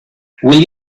will